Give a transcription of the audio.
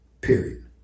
period